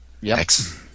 Yes